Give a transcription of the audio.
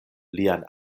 lian